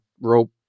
rope